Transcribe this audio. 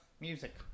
Music